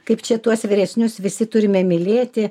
kaip čia tuos vyresnius visi turime mylėti